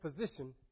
position